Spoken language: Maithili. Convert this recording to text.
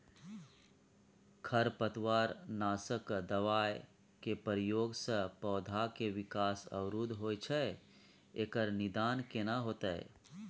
खरपतवार नासक दबाय के प्रयोग स पौधा के विकास अवरुध होय छैय एकर निदान केना होतय?